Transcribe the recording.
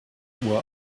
uhr